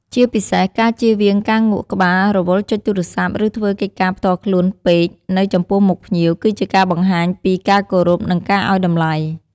ជាពិសេសការជៀសវាងការងក់ក្បាលរវល់ចុចទូរស័ព្ទឬធ្វើកិច្ចការផ្ទាល់ខ្លួនពេកនៅចំពោះមុខភ្ញៀវ គឺជាការបង្ហាញពីការគោរព និងការឲ្យតម្លៃ។